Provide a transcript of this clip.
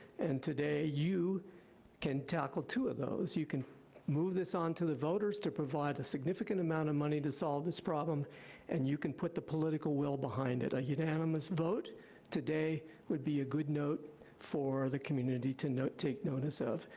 and today, you can tackle two of those. you can move this on to the voters to provide a significant amount of money to solve this problem and you can put the political will behind it. a unanimous vote today would be a good note for the community to note, take notice of,